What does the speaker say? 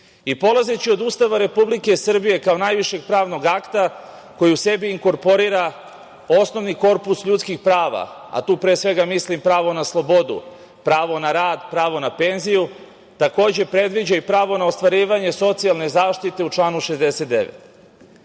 sugrađana. Polazeći od Ustava Republike Srbije kao najvišeg pravnog akta koji u sebi inkorporira osnovni korpus ljudskih prava, a tu pre svega mislim na pravo na slobodu, pravo na rad, pravo na penziju takođe predviđa i pravo na ostvarivanje socijalne zaštite u članu 69.Da